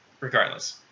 Regardless